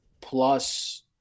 plus